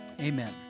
Amen